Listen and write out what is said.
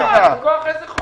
מכוח איזה חוק?